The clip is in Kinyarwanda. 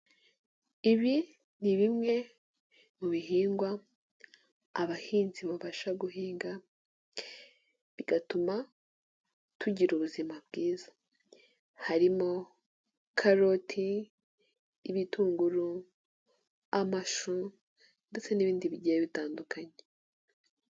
Ibi ni bimwe mu bihingwa abahinzi babasha guhinga ,bigatuma tugira ubuzima bwiza harimo; karoti ,ibitunguru, amashu, ndetse n'ibindi bigiye bitandukanye.